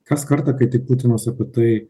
kas kartą kai tik putinas apie tai